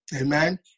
Amen